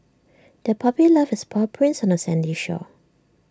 the puppy left its paw prints on the sandy shore